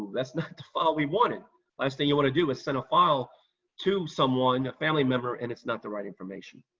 that's not the file we wanted. the last thing you wanna do is send a file to someone, a family member, and it's not the right information.